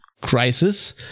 crisis